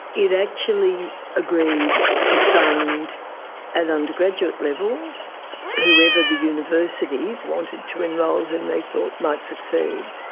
it actually agreed to fund at undergraduate level whoever the universities wanted to enrol, whom they thought might succeed.